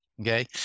Okay